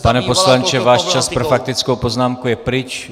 Pane poslanče, váš čas pro faktickou poznámku je pryč.